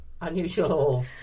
Unusual